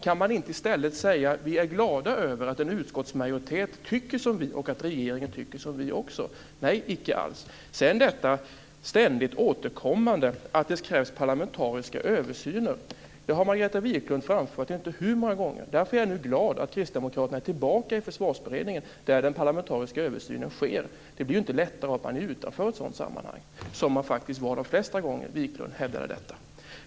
Kan man inte i stället säga: Vi är glada över att en utskottsmajoritet tycker som vi, och att regeringen också tycker som vi. Nej, icke alls. Sedan har vi detta ständigt återkommande om att det krävs parlamentariska översyner. Det har Margareta Viklund framfört jag vet inte hur många gånger. Därför är jag nu glad för att kristdemokraterna är tillbaka i Försvarsberedningen, där den parlamentariska översynen sker. Det blir ju inte lättare av att man står utanför ett sådant sammanhang, som man faktiskt var de flesta gånger som Viklund hävdade detta.